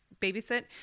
babysit